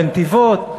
בנתיבות,